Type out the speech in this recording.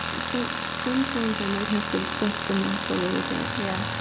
so some songs i might have to dust them off a little bit yeah,